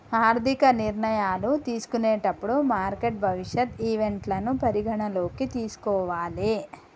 ఆర్థిక నిర్ణయాలు తీసుకునేటప్పుడు మార్కెట్ భవిష్యత్ ఈవెంట్లను పరిగణనలోకి తీసుకోవాలే